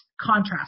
contrast